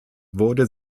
wurde